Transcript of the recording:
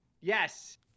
yes